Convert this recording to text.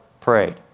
prayed